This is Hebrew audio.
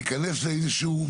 להיכנס לאיזה משהו,